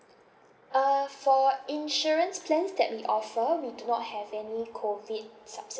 uh for insurance plans that we offer we do not have any COVID subsidies